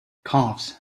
calves